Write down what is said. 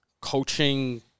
coaching